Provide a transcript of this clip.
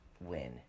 win